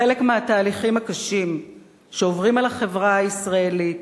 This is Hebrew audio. חלק מהתהליכים הקשים שעוברים על החברה הישראלית,